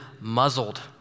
muzzled